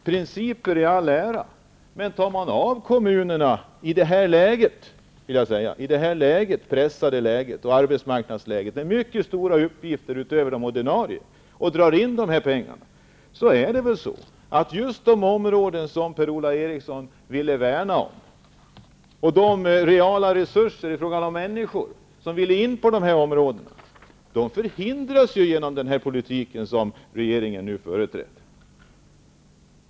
Principer i all ära, men drar man i det här pressade arbetsmarknadsläget där kommunerna har mycket stora uppgifter förutom de ordinarie in dessa pengar, kommer de områden som Per-Ola Eriksson ville värna om att drabbas. De reala resurser i form om människor som vill in på dessa områden hindras av den politik som regeringen nu företräder.